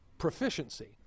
proficiency